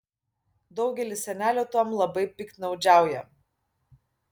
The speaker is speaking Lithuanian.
daugelis senelių tuom labai piktnaudžiauja